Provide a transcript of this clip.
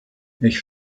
ich